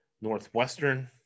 northwestern